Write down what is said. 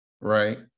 right